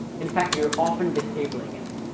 in fact, you're often disabling it.